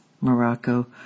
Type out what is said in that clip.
morocco